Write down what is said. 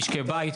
משקי בית.